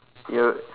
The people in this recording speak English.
you're a